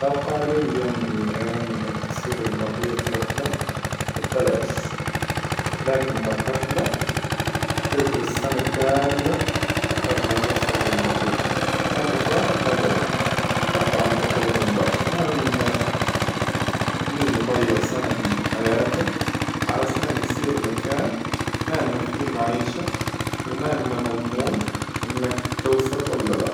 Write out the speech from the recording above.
لو قالوا لي يوم من الأيام إنك تسير المريخ رحلة ابلاش لكن الرحلة تجلس سنة كاملة لحد ما توصل للمريخ، هل بتوافق ولا لا؟ طبعاً بقولهم لا، لأن من يظيع سنة من حياته علشان يسير مكان ما إنه فيه معيشة، وما إنه مظمون إنك توصل ولا لا.